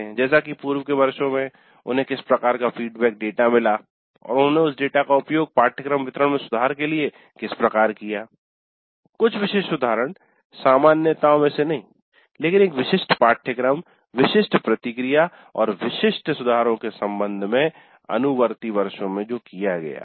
जैसे कि पूर्व के वर्षों में उन्हें किस प्रकार का फीडबैक डेटा मिला और उन्होंने उस डेटा का उपयोग पाठ्यक्रम वितरण में सुधार के लिए किस प्रकार किया कुछ विशिष्ट उदाहरण सामान्यताओं में से नहीं लेकिन एक विशिष्ट पाठ्यक्रम विशिष्ट प्रतिक्रिया और विशिष्ट सुधारों के संबंध में अनुवर्ती वर्षों में जो किया गया है